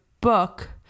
book